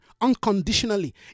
unconditionally